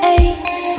ace